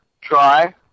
try